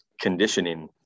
conditioning